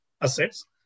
assets